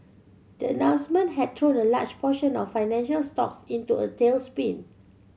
the announcement had thrown a large portion of financial stocks into a tailspin